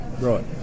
right